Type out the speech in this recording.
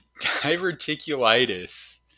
Diverticulitis